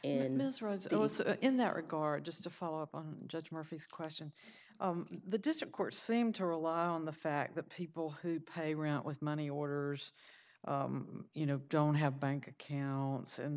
and miss rose it was in that regard just a follow up on judge murphy's question the district courts seem to rely on the fact that people who play around with money orders you know don't have bank accounts and